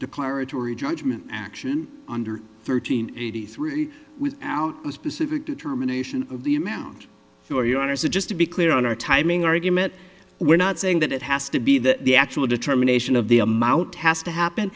declaratory judgment action under thirteen eighty three without was specific determination of the amount for your honour's it just to be clear on our timing argument we're not saying that it has to be that the actual determination of the amount has to happen